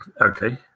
okay